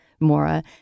Mora